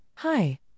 Hi